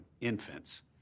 infants